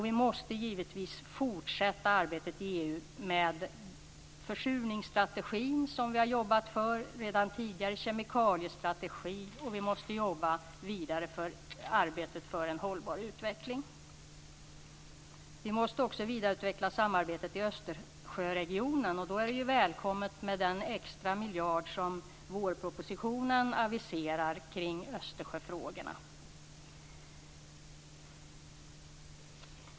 Vi måste givetvis fortsätta arbetet i EU med försurningsstrategin och kemikaliestrategin. Vi måste jobba vidare med arbetet för en ekologiskt hållbar utveckling. Vi måste vidareutveckla samarbetet i Östersjöregionen. Då är det välkommet med den extra miljard som har aviserats i vårpropositionen kring Östersjöfrågorna.